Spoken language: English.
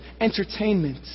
entertainment